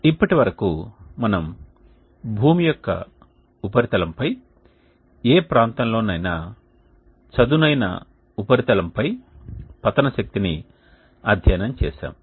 ఇప్పటి వరకు మనము భూమి యొక్క ఉపరితలంపై ఏ ప్రాంతంలోనైనా చదునైన ఉపరితలంపై పతన శక్తిని అధ్యయనం చేసాము